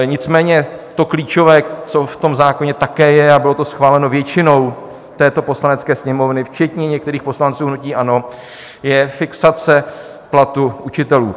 Nicméně to klíčové, co v tom zákoně také je a bylo to schváleno většinou této Poslanecké sněmovny včetně některých poslanců hnutí ANO, je fixace platu učitelů.